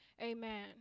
Amen